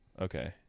Okay